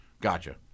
Gotcha